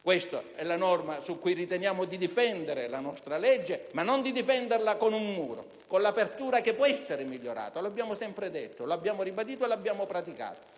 Questa è la norma su cui riteniamo di difendere la nostra legge, ma non con un muro, perché può essere migliorata. L'abbiamo sempre detto, ribadito e praticato.